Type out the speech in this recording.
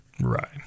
Right